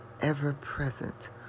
ever-present